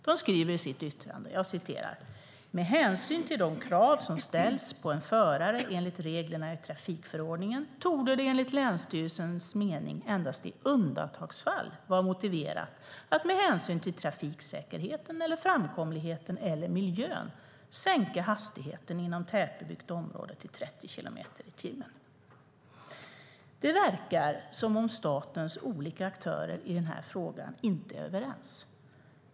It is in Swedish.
De skriver i sitt yttrande: "Med hänsyn till de krav som ställs på en förare enligt reglerna i trafikförordningen torde det enligt Länsstyrelsens mening, endast i undantagsfall vara motiverat att med hänsyn till trafiksäkerheten eller framkomligheten eller miljön, sänka hastigheten inom tätbebyggt område till 30 km/tim." Det verkar som att statens olika aktörer inte är överens i den här frågan.